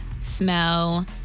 smell